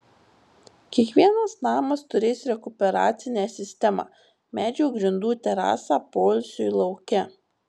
kiekvienas namas turės rekuperacinę sistemą medžio grindų terasą poilsiui lauke